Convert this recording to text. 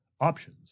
Options